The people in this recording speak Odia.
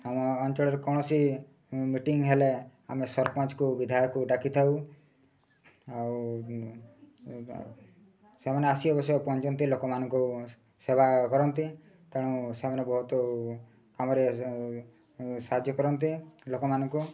ଆମ ଅଞ୍ଚଳରେ କୌଣସି ମିଟିଂ ହେଲେ ଆମେ ସରପଞ୍ଚକୁ ବିଧାୟକୁ ଡାକିଥାଉ ଆଉ ସେମାନେ ଆସି ଅବଶ୍ୟ ପହଞ୍ଚନ୍ତି ଲୋକମାନଙ୍କୁ ସେବା କରନ୍ତି ତେଣୁ ସେମାନେ ବହୁତ କାମରେ ସାହାଯ୍ୟ କରନ୍ତି ଲୋକମାନଙ୍କୁ